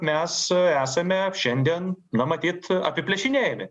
mes esame šiandien na matyt apiplėšinėjami